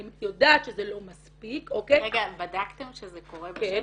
אני יודעת שזה לא מספיק -- בדקתם שזה קורה בשטח?